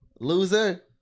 Loser